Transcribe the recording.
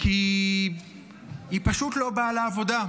כי היא פשוט לא באה לעבודה.